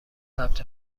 ثبت